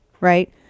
right